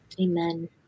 Amen